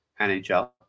NHL